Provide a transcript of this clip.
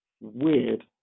weird